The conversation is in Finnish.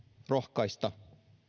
rohkaisemaan